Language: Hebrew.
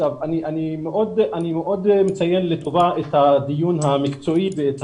אני מציין מאוד לטובה את הדיון המקצועי ואת